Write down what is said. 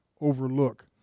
overlook